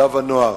מיטב הנוער,